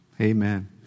Amen